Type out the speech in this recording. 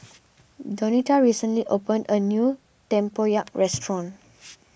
Donita recently opened a new Tempoyak restaurant